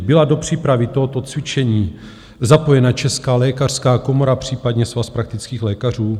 Byla do přípravy tohoto cvičení zapojena Česká lékařská komora, případně Svaz praktických lékařů?